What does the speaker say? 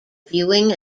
viewing